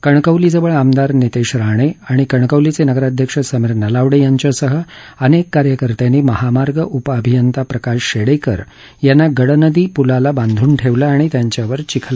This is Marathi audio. कणकवली जवळ आमदार नितेश राणे आणि कणकवलीचे नगराध्यक्ष समीर नलावडे यांच्यासह अनेक कार्यकर्त्यांनी महामार्ग उप अभियंता प्रकाश शेडेकर यांना गडनदी पुलाला बांधून ठेवलं आणि त्यांच्यावर विखलफेक केली